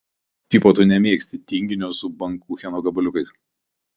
tipo tu nemėgsti tinginio su bankucheno gabaliukais